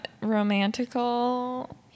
Romantical